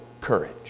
courage